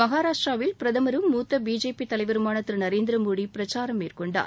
மகாராஷ்டிராவில் பிரதமரும் மூத்த பிஜேபி தலைவருமான திரு நரேந்திரமோடி பிரசாரம் மேற்கொண்டார்